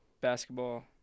Basketball